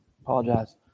apologize